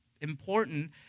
important